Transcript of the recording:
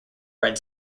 red